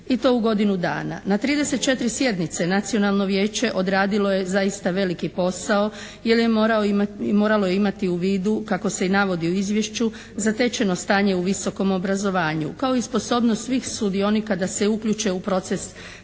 i to u godinu dana. Na 34 sjednice Nacionalno vijeće odradilo je zaista veliki posao jer je moralo imati u vidu kako se i navodi u izvješću zatečeno stanje u visokom obrazovanju kao i sposobnost svih sudionika da se uključe u proces